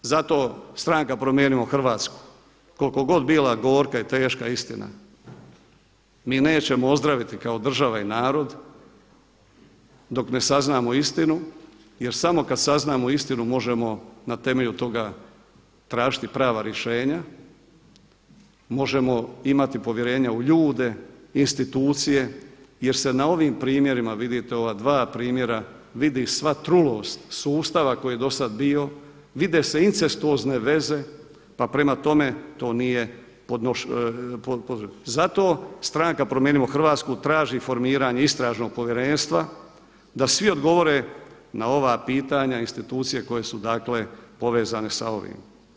Zato stranka Promijenimo Hrvatsku koliko god bila gorka i teška istina, mi nećemo ozdraviti kao država i narod dok ne saznamo istinu jer samo kada saznamo istinu možemo na temelju toga tražiti prava rješenja, možemo imati povjerenja u ljude, institucije jer se na ovim primjerima, vidite ova dva primjera, vidi sva trulost sustava koji je do sada bilo, vide se incestuozne veze pa prema tome to nije … Zato stranka Promijenimo Hrvatsku traži formiranje Istražnog povjerenstva da svi odgovore na ova pitanje institucija koje su dakle povezane sa ovim.